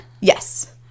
Yes